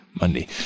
Monday